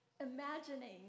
Imagining